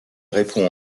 répond